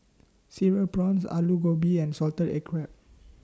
Cereal Prawns Aloo Gobi and Salted Egg Crab